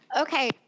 okay